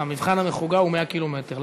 מבחן המחוגה הוא 100 קילומטר,